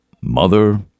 mother